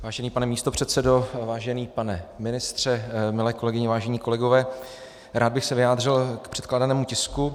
Vážený pane místopředsedo, vážený pane ministře, milé kolegyně, vážení kolegové, rád bych se vyjádřil k předkládanému tisku.